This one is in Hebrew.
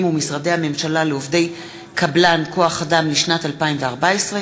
ומשרדי הממשלה לעובדי קבלן כוח-אדם לשנת 2014,